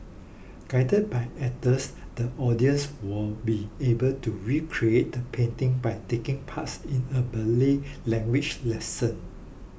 guided by actors the audience will be able to recreate the painting by taking parts in a Malay language lesson